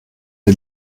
die